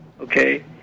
okay